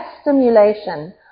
stimulation